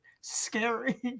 scary